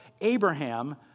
Abraham